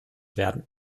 werden